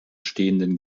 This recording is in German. stehenden